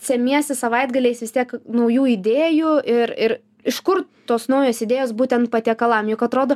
semiesi savaitgaliais vis tiek naujų idėjų ir ir iš kur tos naujos idėjos būtent patiekalam juk atrodo